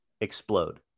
explode